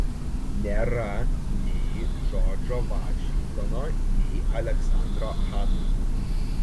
nėra nei džordžo vašingtono nei aleksandro hamiltono